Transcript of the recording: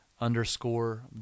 underscore